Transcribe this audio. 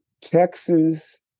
Texas